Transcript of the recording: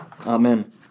Amen